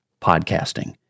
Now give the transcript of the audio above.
podcasting